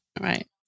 Right